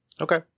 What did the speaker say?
Okay